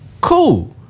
Cool